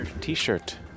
T-shirt